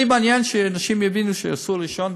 אותי מעניין שאנשים יבינו שאסור לעשן,